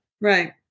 Right